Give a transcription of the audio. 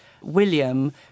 William